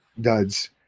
duds